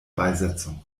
beisetzung